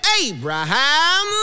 Abraham